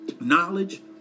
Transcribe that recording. Knowledge